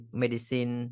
medicine